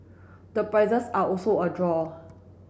the prices are also a draw